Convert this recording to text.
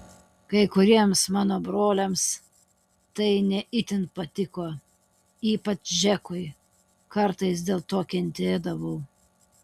kai kuriems mano broliams tai ne itin patiko ypač džekui kartais dėl to kentėdavau